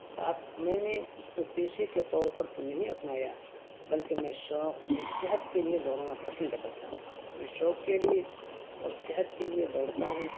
کاش میں نے اس کو پیشے کے طور پر تو نہیں اپنایا بلکہ میں شوق اور صحت کے لیے دوڑنا پسند کرتا ہوں میں شوق کے لیے اور صحت کے لیے دوڑتا ہوں